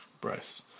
Bryce